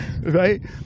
Right